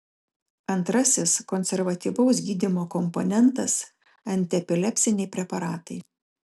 antrasis konservatyvaus gydymo komponentas antiepilepsiniai preparatai